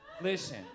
Listen